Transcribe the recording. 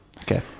okay